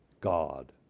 God